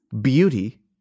beauty